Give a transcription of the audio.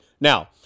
Now